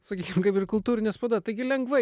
sakykim kaip ir kultūrinė spauda taigi lengvai